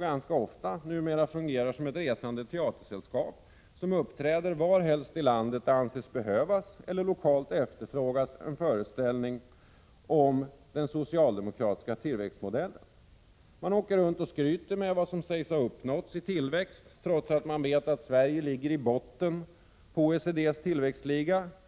ganska ofta numera fungerar som ett resande teatersällskap, som uppträder varhelst i landet det anses behövas eller det lokalt efterfrågas en föreställning om den socialdemokratiska tillväxtmodellen. Ministrar åker runt och skryter med vad som sägs ha uppnåtts i tillväxt, trots att de vet att Sverige ligger i botten på OECD:s tillväxtliga.